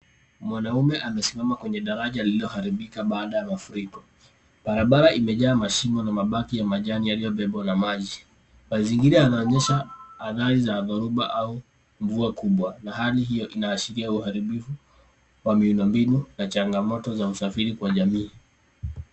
Mwanaume amesimama kwenye daraja lililoharibika baada ya mafuriko. Barabara imejaa mashimo na mabaki ya majani yaliyobebwa na maji. Mazingira yanonyesha adhari za dhoruba au mvua kubwa na hali jiyo inaashiria uharibifu wa miundombinu na changamoto za usafiri kwa jamii.